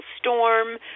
storm